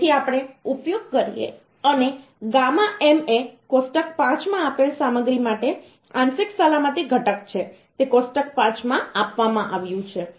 જેથી આપણે ઉપયોગ કરીએ અને ગામા m એ કોષ્ટક 5 માં આપેલ સામગ્રી માટે આંશિક સલામતી ઘટક છે તે કોષ્ટક 5 માં આપવામાં આવ્યું છે